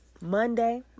monday